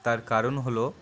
তার কারণ হলো